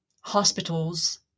hospitals